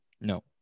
No